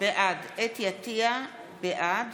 בעד